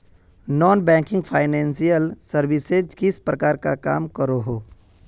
Non banking financial services किस प्रकार काम करोहो?